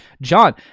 John